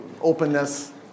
openness